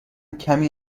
کمی